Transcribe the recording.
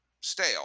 stale